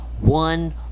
one